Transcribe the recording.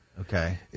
Okay